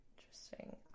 Interesting